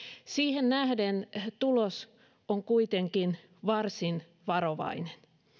siihen nähden tulos on kuitenkin varsin varovainen